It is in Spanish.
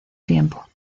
tiempo